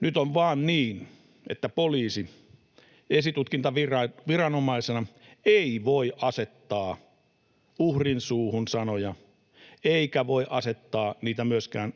Nyt on vaan niin, että poliisi esitutkintaviranomaisena ei voi asettaa uhrin suuhun sanoja eikä voi asettaa niitä myöskään